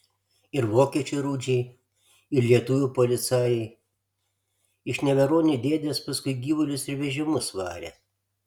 ir vokiečių rudžiai ir lietuvių policajai iš neveronių dėdės paskui gyvulius ir vežimus varė